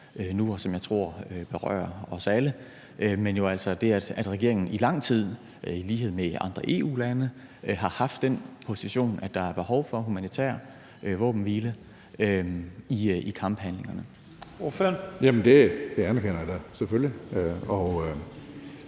som jeg tror berører os alle, altså at regeringen i lang tid i lighed med andre EU-lande har haft den position, at man siger, at der er behov for humanitær våbenhvile i kamphandlingerne. Kl. 10:47 Første næstformand (Leif